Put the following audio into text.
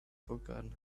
forgotten